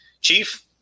Chief